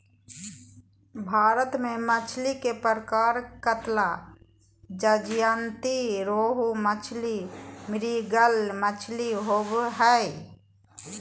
भारत में मछली के प्रकार कतला, ज्जयंती रोहू मछली, मृगल मछली होबो हइ